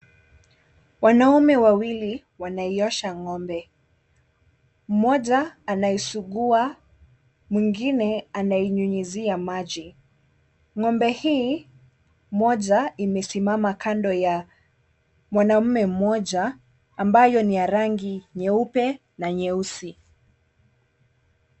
Wanaume wawili wanaiosha ng'ombe, mmoja anaisugua mwingine anainyunyuzia maji. Ng'ombe hii moja imesimama kando ya mwanaume mmoja ambayo ni ya rangi nyeupe na nyeusi.